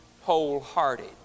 wholehearted